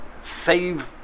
save